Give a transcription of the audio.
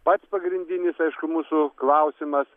pats pagrindinis aišku mūsų klausimas